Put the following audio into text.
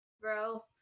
Bro